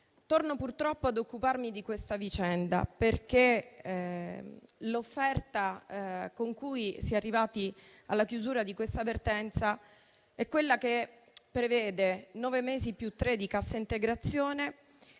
Torno ad occuparmi di questa vicenda, perché l'offerta con cui si è arrivati alla chiusura di questa vertenza è quella che prevede nove mesi più tre di cassa integrazione,